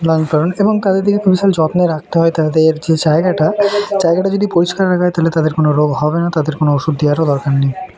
লালন পালন এবং তাদেরকে একটু বিশাল যত্নে রাখতে হয় তাদের যে জায়গাটা জায়গাটা যদি পরিষ্কার রাখা হয় তাহলে তাদের কোনো রোগ হবে না তাদের কোনো ওষুধ দেওয়ারও দরকার নেই